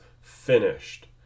finished